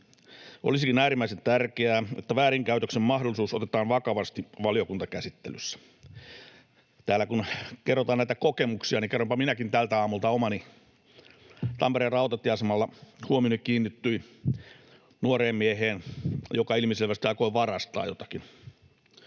Olisikin äärimmäisen tärkeää, että väärinkäytöksen mahdollisuus otetaan vakavasti valiokuntakäsittelyssä. Täällä kun kerrotaan näitä kokemuksia, niin kerronpa minäkin tältä aamulta omani. Tampereen rautatieasemalla huomioni kiinnittyi nuoreen mieheen, joka ilmiselvästi aikoi varastaa jotakin,